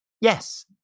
Yes